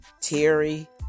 Terry